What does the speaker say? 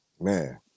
man